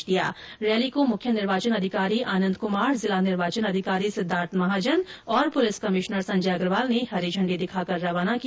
रामनिवास बाग से शुरू हुई रैली को मुख्य निर्वाचन अधिकारी आनन्द कुमार जिला निर्वाचन अधिकारी सिद्वार्थ महाजन और प्रलिस कमिश्नर संजय अग्रवाल ने हरी झण्डी दिखाकर रवाना किया